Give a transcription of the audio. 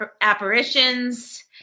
apparitions